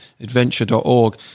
adventure.org